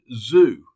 zoo